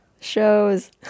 shows